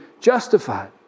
justified